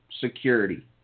security